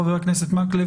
חבר הכנסת מקלב